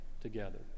together